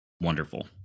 wonderful